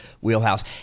wheelhouse